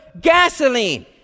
Gasoline